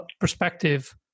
perspective